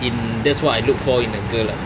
in that's what I look for in a girl ah